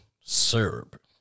syrup